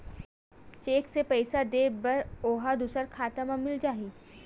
Cheque से पईसा दे बर ओहा दुसर खाता म मिल जाही?